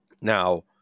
Now